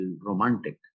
romantic